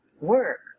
work